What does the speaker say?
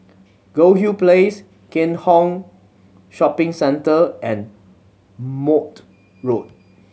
Goldhill Place Keat Hong Shopping Centre and Maude Road